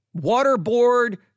waterboard